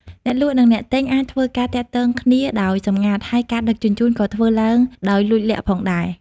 អ្នកលក់និងអ្នកទិញអាចធ្វើការទាក់ទងគ្នាដោយសម្ងាត់ ហើយការដឹកជញ្ជូនក៏ធ្វើឡើងដោយលួចលាក់ផងដែរ។